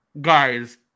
Guys